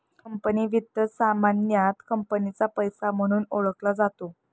company वित्त सामान्यतः कंपनीचा पैसा म्हणून ओळखला जातो